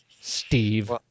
Steve